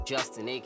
Justin